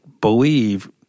believe